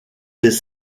des